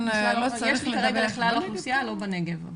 יש לי כרגע בכלל האוכלוסייה, לא בנגב.